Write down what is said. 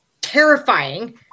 terrifying